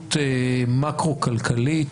בהסתכלות מקרו כלכלית.